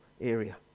area